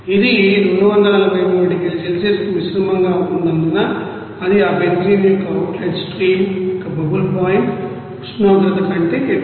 ఇది 243 డిగ్రీల సెల్సియస్కి మిశ్రమంగా ఉన్నందున అది ఆ బెంజీన్ యొక్క అవుట్లెట్ స్ట్రీమ్ యొక్క బబుల్ పాయింట్ ఉష్ణోగ్రత కంటే ఎక్కువ